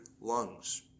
lungs